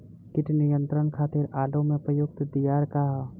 कीट नियंत्रण खातिर आलू में प्रयुक्त दियार का ह?